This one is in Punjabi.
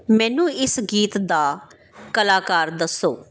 ਮੈਨੂੰ ਇਸ ਗੀਤ ਦਾ ਕਲਾਕਾਰ ਦੱਸੋ